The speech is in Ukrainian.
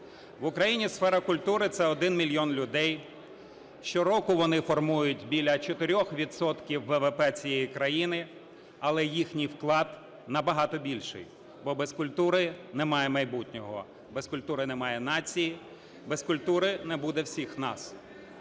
В Україні сфера культури – це 1 мільйон людей. Щороку вони формують біля 4 відсотків ВВП цієї країни. Але їхній вклад на багато більший, бо без культури немає майбутнього, без культури немає нації, без культури не буде всіх нас.